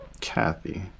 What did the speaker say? Kathy